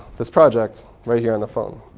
this project right here on the phone.